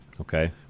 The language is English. Okay